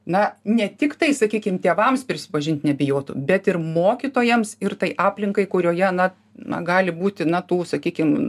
na ne tiktai sakykim tėvams prisipažint nebijotų bet ir mokytojams ir tai aplinkai kurioje na na gali būti na tų sakykim